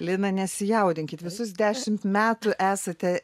lina nesijaudinkit visus dešimt metų esate